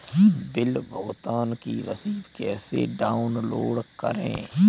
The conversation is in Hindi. बिल भुगतान की रसीद कैसे डाउनलोड करें?